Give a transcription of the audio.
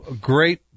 great